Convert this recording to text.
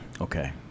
Okay